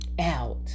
out